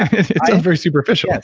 it sounds very superficial.